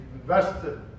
invested